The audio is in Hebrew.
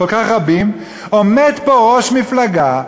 עומד פה ראש מפלגה,